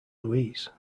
louise